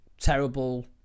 terrible